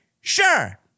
Sure